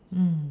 mm